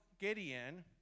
Gideon